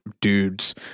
dudes